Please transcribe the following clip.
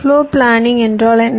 floor planning என்றால் என்ன